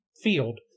field